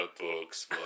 books